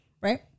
Right